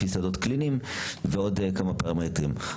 לפי שדות קליניים ועוד כמה פרמטרים.